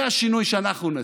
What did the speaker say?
זה השינוי שאנחנו נציע: